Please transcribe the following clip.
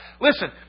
Listen